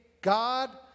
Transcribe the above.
God